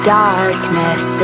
darkness